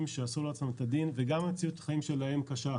שעשו לעצמם את הדין וגם מציאות החיים שלהם קשה,